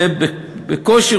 שבקושי,